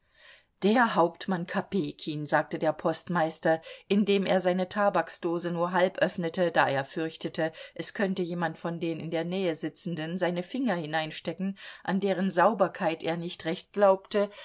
der hauptmann kopejkin sagte der postmeister indem er seine tabaksdose nur halb öffnete da er fürchtete es könnte jemand von den in der nähe sitzenden seine finger hineinstecken an deren sauberkeit er nicht recht glaubte